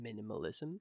minimalism